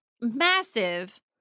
massive